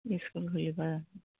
school খুলিব